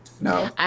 no